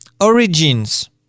origins